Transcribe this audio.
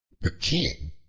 the king,